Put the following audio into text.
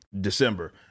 December